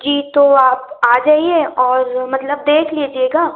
जी तो आप आ जाइए और मतलब देख लीजिएगा